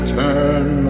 turn